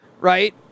Right